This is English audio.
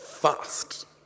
Fast